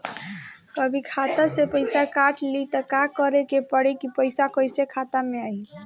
कभी खाता से पैसा काट लि त का करे के पड़ी कि पैसा कईसे खाता मे आई?